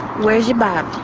where's your bible?